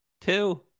two